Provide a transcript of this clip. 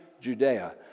Judea